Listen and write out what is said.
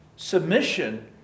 Submission